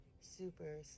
Super